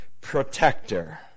protector